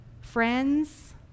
friends